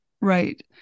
right